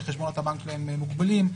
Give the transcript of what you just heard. שחשבונות הבנק שלהן מוגבלים,